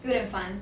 you would have fun